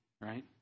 right